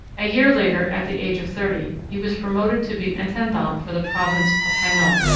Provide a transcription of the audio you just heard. a year later, at the age of thirty, he was promoted to be intendant for the province of hainault.